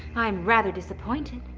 i'm rather disappointed,